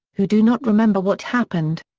who do not remember what happened.